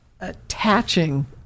attaching